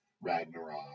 Ragnarok